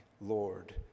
Lord